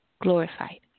glorified